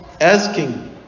asking